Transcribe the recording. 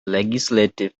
legislative